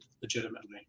legitimately